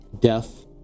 death